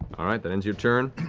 all right. that ends your turn.